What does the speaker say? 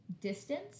distance